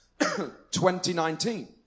2019